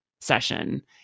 session